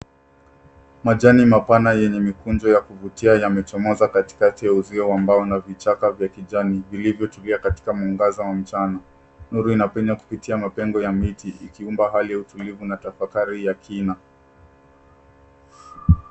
Majani mapana yenye mikunjo ya kuvutia yamechomoza kwenye uzio wa mbao na vichaka vya kijani vilivyo tulia katika mwangaza wa mchana nuru inapenya kupitia kwa mapengo ya miti ikiumba utulivu na tafakari ya kina.